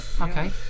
Okay